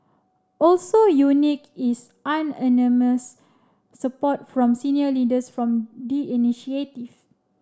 also unique is unanimous support from senior leaders from the initiative